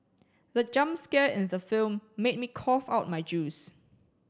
the jump scare in the film made me cough out my juice